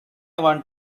want